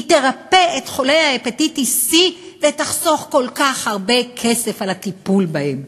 היא תרפא את חולי ההפטיטיס C ותחסוך כל כך הרבה כסף על הטיפול בהם.